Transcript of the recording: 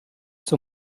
zur